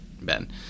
Ben